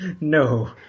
No